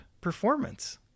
performance